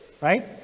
right